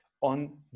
on